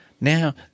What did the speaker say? Now